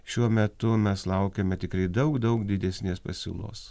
šiuo metu mes laukiame tikrai daug daug didesnės pasiūlos